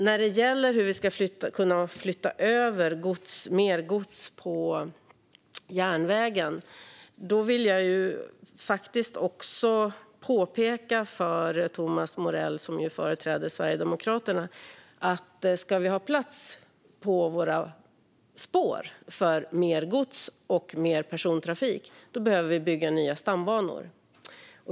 När det gäller hur vi ska kunna flytta över mer gods till järnvägen vill jag påpeka för Thomas Morell, som ju företräder Sverigedemokraterna, att om vi ska ha plats på våra spår för mer gods och mer persontrafik behöver vi bygga nya stambanor.